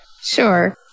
Sure